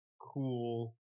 cool